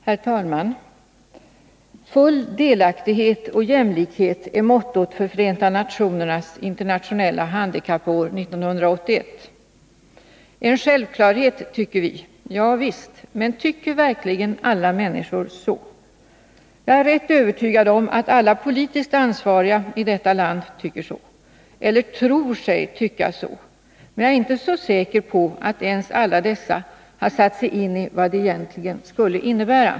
Herr talman! Full delaktighet och jämlikhet är mottot för Förenta nationernas internationella handikappår 1981. En självklarhet tycker vi. Ja visst, men tycker verkligen alla människor så? Jag är rätt övertygad om att alla politiskt ansvariga i detta land tycker så, eller tror sig tycka så, men jag är inte så säker på att ens alla dessa har satt sig in i vad det egentligen skulle innebära.